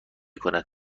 کند